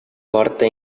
porta